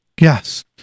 Yes